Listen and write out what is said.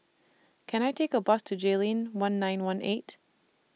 Can I Take A Bus to Jayleen one nine one eight